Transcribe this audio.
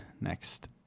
next